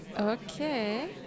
Okay